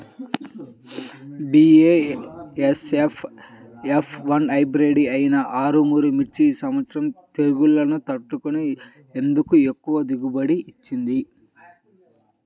BASF F one hybrid అయినా ఆర్ముర్ మిర్చి ఈ సంవత్సరం తెగుళ్లును తట్టుకొని ఎందుకు ఎక్కువ దిగుబడి ఇచ్చింది?